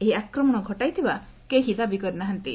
ଏହି ଆକ୍ରମଣ ଘଟାଇଥିବା କେହି ଦାବି କରି ନାହାନ୍ତି